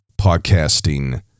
podcasting